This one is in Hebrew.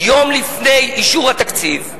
יום לפני אישור התקציב,